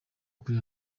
kuri